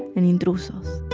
and intrusos.